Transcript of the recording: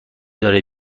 داره